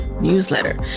newsletter